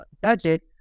budget